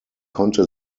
konnte